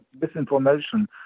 misinformation